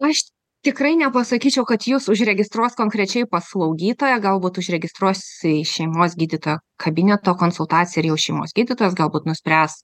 aš tikrai nepasakyčiau kad jus užregistruos konkrečiai pas slaugytoją galbūt užregistruos į šeimos gydytojo kabineto konsultaciją ir jau šeimos gydytojas galbūt nuspręs